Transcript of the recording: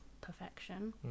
perfection